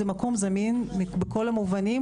זה מקום זמין בכל המובנים,